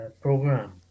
program